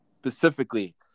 specifically